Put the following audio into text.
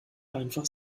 einfach